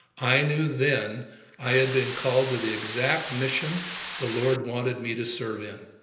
i knew then i had been called to the exact mission the lord wanted me to serve in.